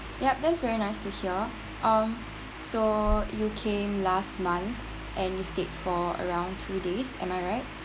ya that's very nice to hear um so you came last month and you stayed for around two days am I right